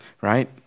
right